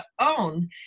own